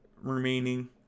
remaining